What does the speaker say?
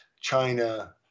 China